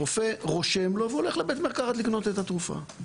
רופא רושם לו והוא הולך לבית מרקחת לקנות את התרופה.